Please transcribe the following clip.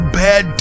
bad